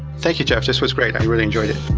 thank you jeff, this was great. i really enjoyed it.